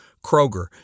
Kroger